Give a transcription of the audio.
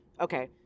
Okay